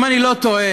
אם אני לא טועה,